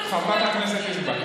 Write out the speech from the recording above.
חברת הכנסת יזבק,